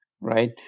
Right